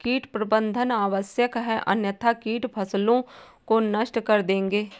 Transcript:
कीट प्रबंधन आवश्यक है अन्यथा कीट फसलों को नष्ट कर देंगे